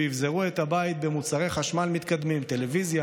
ואבזרו את הבית במוצרי חשמל מתקדמים: טלוויזיה,